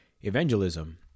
evangelism